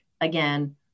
Again